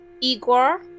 Igor